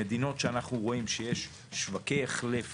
במדינות שאנחנו רואים שיש שווקי החלף